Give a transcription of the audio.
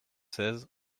seize